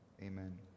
Amen